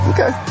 Okay